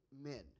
men